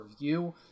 review